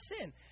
sin